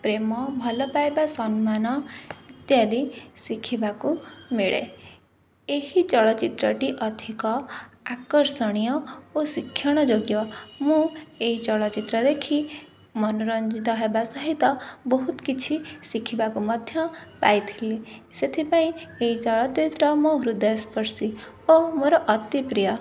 ପ୍ରେମ ଭଲ ପାଇବା ସମ୍ମାନ ଇତ୍ୟାଦି ଶିଖିବାକୁ ମିଳେ ଏହି ଚ୍ଚଳଚିତ୍ରଟି ଅଧିକ ଆକର୍ଷଣୀୟ ଓ ଶିକ୍ଷଣ ଯୋଗ୍ୟ ମୁଁ ଏଇ ଚଳଚ୍ଚିତ୍ର ଦେଖି ମନୋରଞ୍ଜିତ ହେବା ସହିତ ବହୁତ କିଛି ଶିଖିବାକୁ ମଧ୍ୟ ପାଇଥିଲି ସେଥିପାଇଁ ଏଇ ଚଳଚ୍ଚିତ୍ର ମୋ ହୃଦୟ ସ୍ପର୍ଶୀ ଓ ମୋର ଅତିପ୍ରିୟ